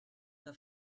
que